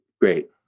great